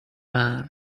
man